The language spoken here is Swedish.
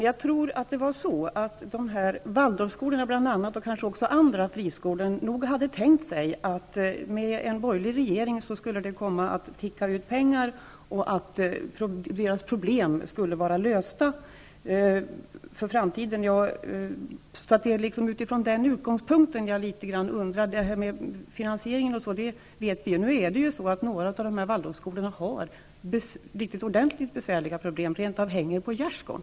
Fru talman! Representanterna för Waldorfskolorna, och även andra fristående skolor, hade nog tänkt sig att det med en borgerlig regering skulle ticka ut pengar och att problemen inför framtiden skulle lösas. Det är från denna utgångspunkt jag undrar hur det skall bli med finansieringen. Några av dessa skolor har ordentligt besvärliga problem -- de rent av hänger på gärdsgården.